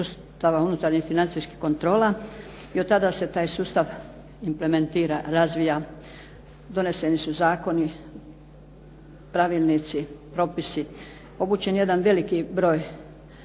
sustava unutarnjih financijskih kontrola i od tada se taj sustav implementira, razvija, doneseni su zakoni, pravilnici, propisi. Obučen je jedan veliki broj